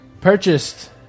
purchased